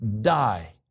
die